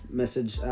message